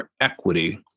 equity